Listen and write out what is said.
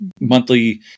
monthly